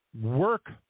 work